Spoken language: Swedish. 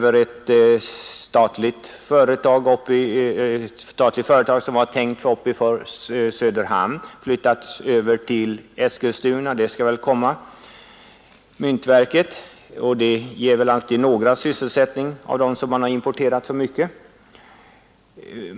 Ett statligt företag — myntverket — som man hade avsett att placera i Söderhamn har flyttats över till Eskilstuna, och det skall snart komma dit. Det ger väl alltid sysselsättning åt några av dem som man har importerat för mycket.